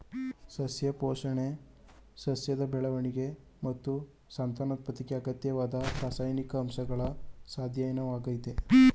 ಸಸ್ಯ ಪೋಷಣೆ ಸಸ್ಯದ ಬೆಳವಣಿಗೆ ಮತ್ತು ಸಂತಾನೋತ್ಪತ್ತಿಗೆ ಅಗತ್ಯವಾದ ರಾಸಾಯನಿಕ ಅಂಶಗಳ ಅಧ್ಯಯನವಾಗಯ್ತೆ